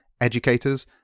educators